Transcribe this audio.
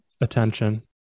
attention